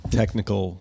technical